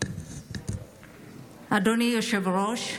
אדוני היושב-ראש,